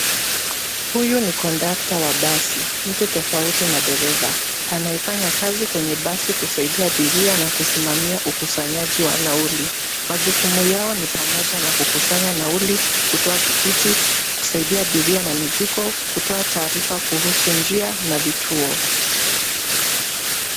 Huyu ni kondakta wa basi, mtu tofauti na dereva anayefanya kazi kwenye basi kusaidia abiria na kusimamia ukusanyaji wa nauli. Majukumu yao ni pamoja na kukusanya nauli, kutoa tikiti, kusaidia abiria na mizigo, kutoa taarifa kuhusu njia na vituo.